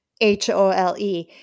H-O-L-E